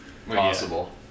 possible